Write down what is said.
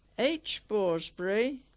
h borsberry,